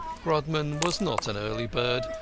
grodman was not an early bird,